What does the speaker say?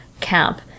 camp